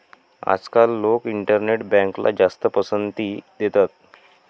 आजकाल लोक इंटरनेट बँकला जास्त पसंती देतात